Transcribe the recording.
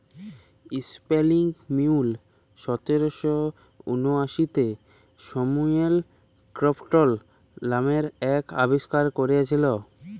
spinning mule সতের শ উনআশিতে স্যামুয়েল ক্রম্পটল লামের লক আবিষ্কার ক্যইরেছিলেল